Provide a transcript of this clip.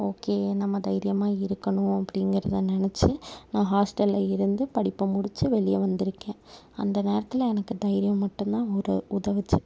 okay நம்ம தைரியமாக இருக்கணும் அப்படிங்கிறத நினச்சி நான் ஹாஸ்டல்ல இருந்து படிப்பை முடித்து வெளியே வந்திருக்கேன் அந்த நேரத்தில் எனக்கு தைரியம் மட்டுந்தான் உர உதவுச்சு